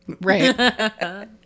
Right